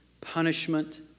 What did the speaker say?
punishment